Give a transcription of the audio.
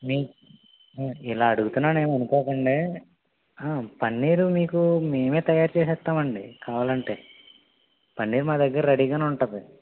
మీ ఇలా అడుగుతున్నాను అని ఏమి అనుకోకండి హ పన్నీరు మీకు మేమే తయారు చేసేస్తాం అండి కావాలంటే పన్నీరు మా దగ్గర రెడీగానే ఉంటుంది